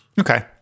Okay